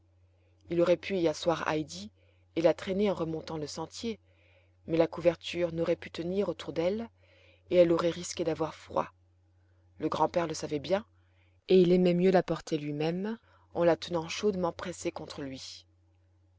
il aurait pu y asseoir heidi et la traîner en remontant le sentier mais la couverture n'aurait pu tenir autour d'elle et elle aurait risqué d'avoir froid le grand-père le savait bien et il aimait mieux la porter lui-même en la tenant chaudement pressée contre lui